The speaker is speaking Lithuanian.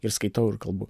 ir skaitau ir kalbu